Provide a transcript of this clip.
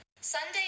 sunday